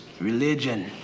religion